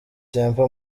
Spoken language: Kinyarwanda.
temple